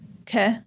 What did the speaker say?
Okay